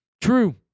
true